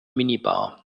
minibar